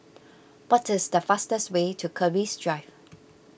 what is the fastest way to Keris Drive